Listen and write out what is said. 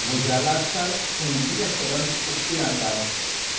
म्हज्या लागसार खंयची रॅस्टोरंट्स उकतीं आसात